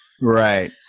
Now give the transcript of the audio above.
Right